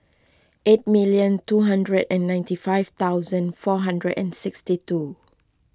eight million two hundred and ninety five thousand four hundred and sixty two